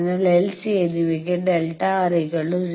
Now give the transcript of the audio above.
അതിനാൽ L C എന്നിവയ്ക്ക് Δ R0